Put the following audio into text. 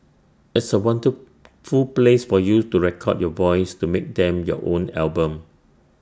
it's A wonderful place for you to record your voice to make them your own album